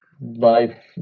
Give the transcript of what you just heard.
life